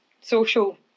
Social